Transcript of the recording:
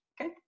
Okay